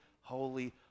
holy